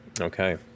Okay